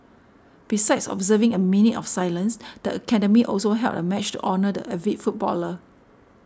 besides observing a minute of silence the academy also held a match to honour the avid footballer